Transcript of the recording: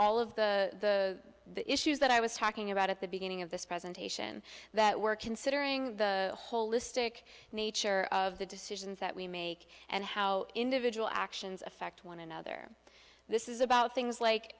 all of the issues that i was talking about at the beginning of this presentation that we're considering the holistic nature of the decisions that we make and how individual actions affect one another this is about things like